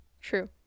true